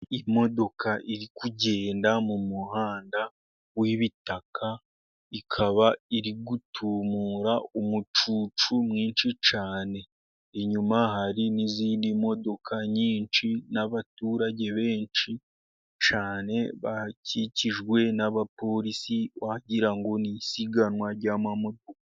Imodoka iri kugenda mu muhanda w'ibitaka, ikaba iri gutumura umucucu mwinshi cyane. Inyuma hari n'izindi modoka nyinshi, n'abaturage benshi cyane bakikijwe n'abapolisi wagira ngo ni isiganwa ry'amamodoka.